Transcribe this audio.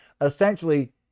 essentially